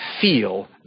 feel